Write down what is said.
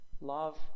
Love